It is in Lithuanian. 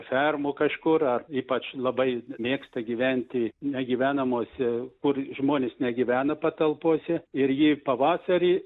fermų kažkur ar ypač labai mėgsta gyventi negyvenamose kur žmonės negyvena patalpose ir ji pavasarį